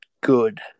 good